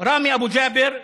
ראמי אבו ג'אבר,